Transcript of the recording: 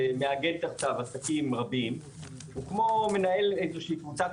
מאגד תחתיו עסקים רבים וזה כמו מנהל של קבוצת